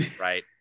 right